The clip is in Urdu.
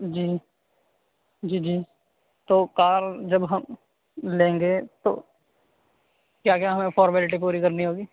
جی جی جی تو کار جب ہم لیں گے تو کیا کیا ہمیں فارمیلٹی پوری کرنی ہوگی